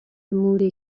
موری